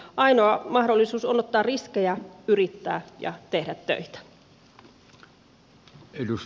ainoa mahdollisuus on ottaa riskejä yrittää ja tehdä töitä